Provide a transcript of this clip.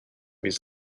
his